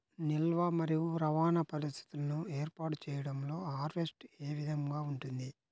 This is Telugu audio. నిల్వ మరియు రవాణా పరిస్థితులను ఏర్పాటు చేయడంలో హార్వెస్ట్ ఏ విధముగా ఉంటుంది?